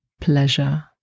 pleasure